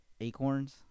Acorns